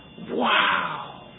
Wow